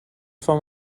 van